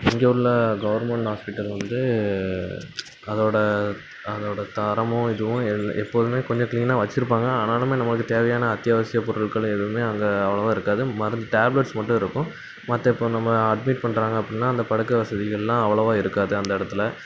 இங்கே உள்ள government hospital வந்து அதோடய அதோடய தரமும் இதுவும் எல் எப்போதுமே கொஞ்சம் க்ளீனாக வச்சிருப்பாங்க ஆனாலும் நம்மளுக்கு தேவையான அத்தியாவசியப் பொருட்கள் எதுவுமே அங்கே அவ்வளோவா இருக்காது மருந்து டேப்லட்ஸ் மட்டும் இருக்கும் மற்ற இப்போது நம்ம அட்மிட் பண்ணுறாங்க அப்படின்னா அந்த படுக்க வசதிகள்லாம் அவ்வளோவா இருக்காது அந்த இடத்துல